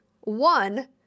One